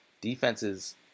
defenses